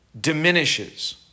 diminishes